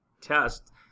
test